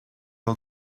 old